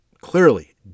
clearly